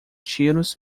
tiros